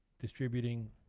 distributing